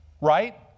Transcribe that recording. Right